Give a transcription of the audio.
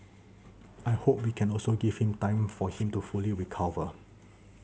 I hope we can also give him time for him to fully recover